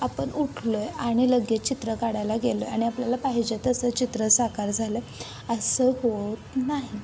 आपण उठलो आहे आणि लगेच चित्र काढायला गेलो आहे आणि आपल्याला पाहिजे तसं चित्र साकार झालं असं होत नाही